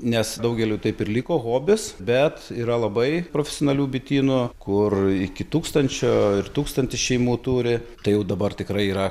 nes daugeliui taip ir liko hobis bet yra labai profesionalių bitynų kur iki tūkstančio ir tūkstantį šeimų turi tai jau dabar tikrai yra